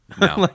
no